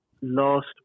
last